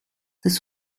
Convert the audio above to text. this